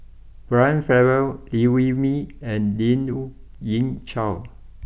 Brian Farrell Liew Wee Mee and Lien Ying Chow